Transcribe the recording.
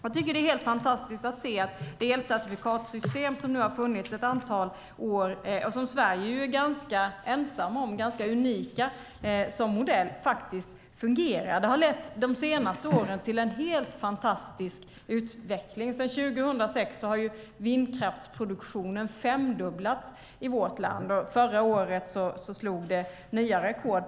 Jag tycker att det är helt fantastiskt att se att det elcertifikatssystem som nu har funnits ett antal år och som Sverige är ganska ensamt om - det är ganska unikt som modell - faktiskt fungerar. Det har de senaste åren lett till en helt fantastisk utveckling. Sedan 2006 har vindkraftsproduktionen femdubblats i vårt land, och förra året slog den nya rekord.